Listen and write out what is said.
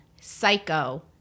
psycho